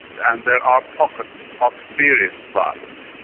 and there are pockets of serious violence.